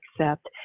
accept